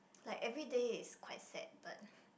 like everyday is quite sad but